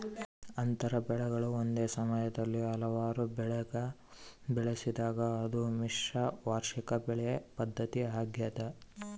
ಅಂತರ ಬೆಳೆಗಳು ಒಂದೇ ಸಮಯದಲ್ಲಿ ಹಲವಾರು ಬೆಳೆಗ ಬೆಳೆಸಿದಾಗ ಅದು ಮಿಶ್ರ ವಾರ್ಷಿಕ ಬೆಳೆ ಪದ್ಧತಿ ಆಗ್ಯದ